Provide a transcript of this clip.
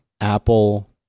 Apple